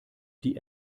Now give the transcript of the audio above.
die